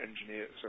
engineers